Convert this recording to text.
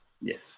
Yes